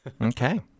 Okay